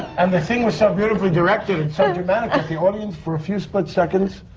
and the thing was so beautifully directed and so dramatic that the audience, for a few split seconds,